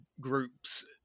groups